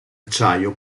acciaio